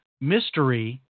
mystery